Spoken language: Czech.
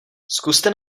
zkuste